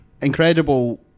incredible